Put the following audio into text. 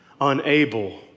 Unable